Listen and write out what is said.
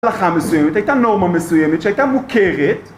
הלכה מסוימת, הייתה נורמה מסוימת שהייתה מוכרת.